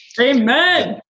Amen